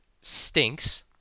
stinks